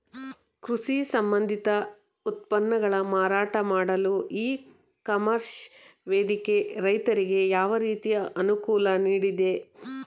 ಕೃಷಿ ಸಂಬಂಧಿತ ಉತ್ಪನ್ನಗಳ ಮಾರಾಟ ಮಾಡಲು ಇ ಕಾಮರ್ಸ್ ವೇದಿಕೆ ರೈತರಿಗೆ ಯಾವ ರೀತಿ ಅನುಕೂಲ ನೀಡಿದೆ?